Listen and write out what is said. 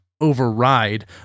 override